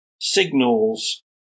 signals